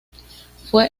fue